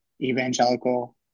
evangelical